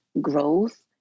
growth